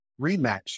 rematch